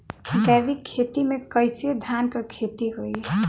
जैविक खेती से कईसे धान क खेती होई?